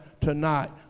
tonight